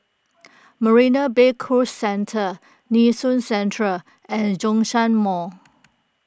Marina Bay Cruise Centre Nee Soon Central and Zhongshan Mall